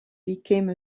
became